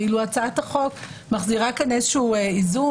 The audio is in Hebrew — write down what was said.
ואילו הצעת החוק מחזירה כאן איזון,